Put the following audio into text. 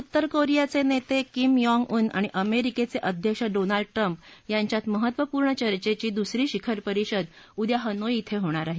उत्तर कोरियाचे नेते किम याँग उन आणि अमेरिकेचे अध्यक्ष डोनाल्ड ट्रम्प यांच्यात महत्त्वपूर्ण चर्चेची दुसरी शिखर परिषद उद्या हनोई इथं होणार आहे